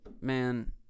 man